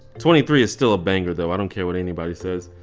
twenty three is still a banger though, i don't care what anybody says.